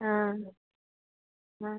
ആ ആ